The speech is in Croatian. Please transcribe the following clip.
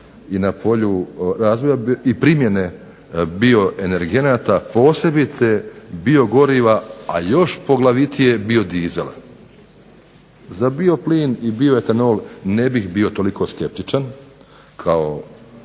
i na polju primjene bioenergenata posebice biogoriva, a još poglavitije biodizel. Za bioplin i bioetanol ne bih bio toliko skeptičan kao